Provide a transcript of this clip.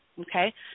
okay